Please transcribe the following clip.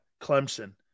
Clemson